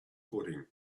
footing